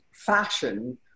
fashion